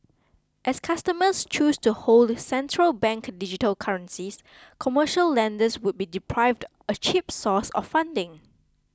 as customers choose to hold central bank digital currencies commercial lenders would be deprived of a cheap source of funding